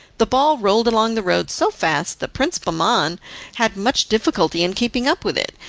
the ball rolled along the road so fast that prince bahman had much difficulty in keeping up with it,